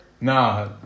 nah